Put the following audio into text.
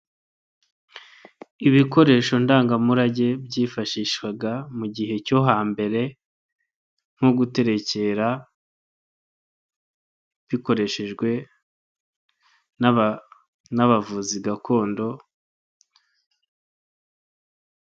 Ibikoresho ndangamurage byifashishwaga mu gihe cyo hambere, nko guterekera bikoreshejwe n'abavuzi gakondo.